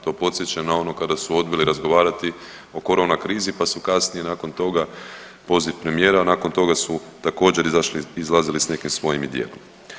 To podsjeća na ono kada su odbili razgovarati o korona krizi pa su kasnije nakon toga poziv premijera, nakon toga su također izašli, izlazili s nekim svojim i djelom.